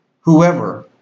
whoever